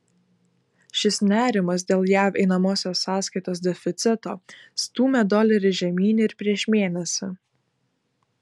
šis nerimas dėl jav einamosios sąskaitos deficito stūmė dolerį žemyn ir prieš mėnesį